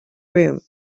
room